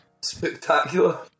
spectacular